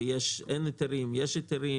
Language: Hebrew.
אין היתרים ויש היתרים,